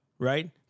Right